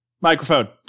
Microphone